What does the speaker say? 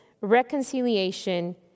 reconciliation